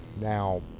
Now